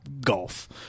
golf